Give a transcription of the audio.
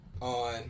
on